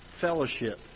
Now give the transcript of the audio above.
fellowship